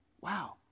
Wow